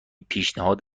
پیشنهاد